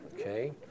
Okay